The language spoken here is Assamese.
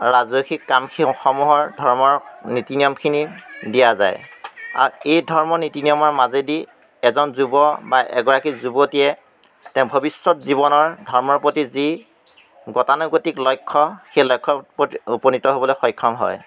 ৰাজসিক কামসমূহৰ ধৰ্মৰ নীতি নিয়মখিনি দিয়া যায় আৰু এই ধৰ্ম নীতি নিয়মৰ মাজেদি এজন যুৱ বা এগৰাকী যুৱতীয়ে তেওঁ ভৱিষ্যত জীৱনৰ ধৰ্মৰ প্ৰতি যি গতানুগতিক লক্ষ্য সেই লক্ষ্যৰ প্ৰতি উপনীত হ'বলৈ সক্ষম হয়